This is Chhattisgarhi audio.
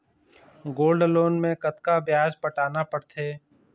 गोल्ड लोन मे कतका ब्याज पटाना पड़थे?